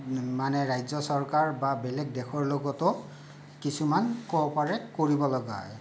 মানে ৰাজ্য চৰকাৰ বা বেলেগ দেশৰ লগতো কিছুমান ক'পাৰেট কৰিব লগা হয়